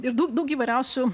ir daug daug įvairiausių